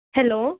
hello